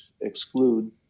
exclude